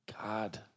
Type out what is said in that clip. God